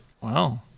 Wow